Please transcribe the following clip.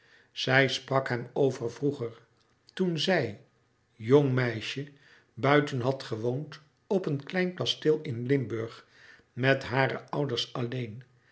zij sprak hem over vroeger toen zij jong meisje buiten had gewoond op een klein kasteel in limburg met hare ouders alleen